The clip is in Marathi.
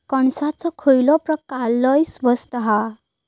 कणसाचो खयलो प्रकार लय स्वस्त हा?